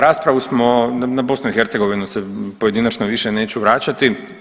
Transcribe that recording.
Raspravu smo, na BiH se pojedinačno više neću vraćati.